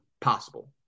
possible